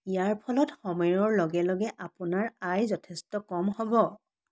ইয়াৰ ফলত সময়ৰ লগে লগে আপোনাৰ আয় যথেষ্ট কম হ'ব